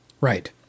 Right